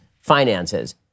finances